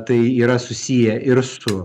tai yra susiję ir su